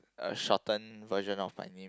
a shorten version of my name